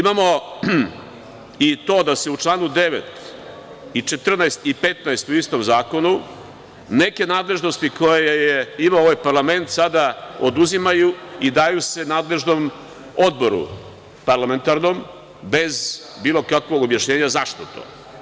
Imamo i to da se u članu 9, 14. i 15. u istom zakonu, neke nadležnosti koje je imao ovaj parlament sada oduzimaju i daju se nadležnom odboru, parlamentarnom, bez bilo kakvog objašnjenja zašto to.